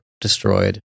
destroyed